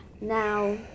now